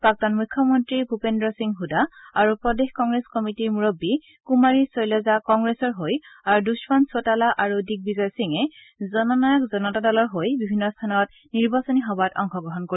প্ৰাক্তন মুখ্যমন্তী ভূপেন্দ্ৰ সিং হুদা আৰু প্ৰদেশ কংগ্ৰেছ কমিটিৰ মূৰববী কুমাৰী শৈলজা কংগ্ৰেছৰ হৈ আৰু দুশৱন্ত চৌতালা আৰু দ্বিগবিজয় সিঙে জননায়ক জনতা দলৰ হৈ বিভিন্ন স্থানত নিৰ্বাচনী সভাত অংশগ্ৰহণ কৰিব